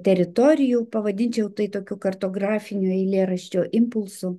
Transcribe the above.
teritorijų pavadinčiau tai tokiu kartografiniu eilėraščio impulsu